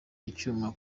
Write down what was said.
icyuma